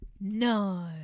No